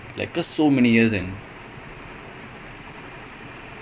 dude no he's he's so disrespected as a